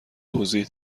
توضیح